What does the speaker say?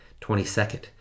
22nd